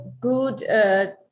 good